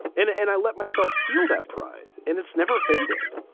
and and i let myself feel that pride and it's never faded.